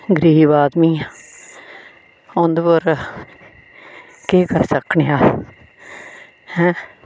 गरीब आदमी उधमपुर केह् करी सकने आं अस